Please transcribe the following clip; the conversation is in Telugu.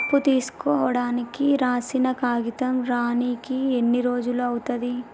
అప్పు తీసుకోనికి రాసిన కాగితం రానీకి ఎన్ని రోజులు అవుతది?